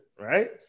right